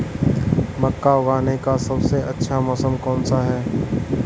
मक्का उगाने का सबसे अच्छा मौसम कौनसा है?